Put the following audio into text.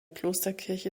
klosterkirche